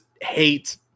hate